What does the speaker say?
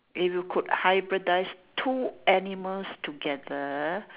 if you could hybridise two animals together